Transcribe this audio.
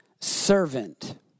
servant